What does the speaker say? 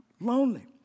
lonely